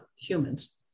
humans